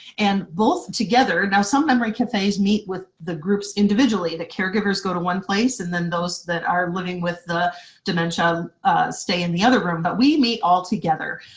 and both, together, now some memory cafes meet with the groups individually, the caregivers go to one place and then those that are living with dementia stay in the other room, but we meet all together,